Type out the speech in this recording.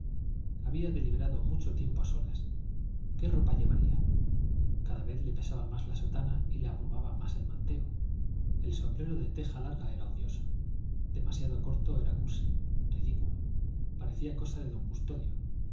había deliberado mucho tiempo a solas qué ropa llevaría cada vez le pesaba más la sotana y le abrumaba más el manteo el sombrero de teja larga era odioso demasiado corto era cursi ridículo parecía cosa de don custodio